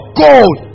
gold